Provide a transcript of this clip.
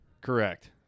Correct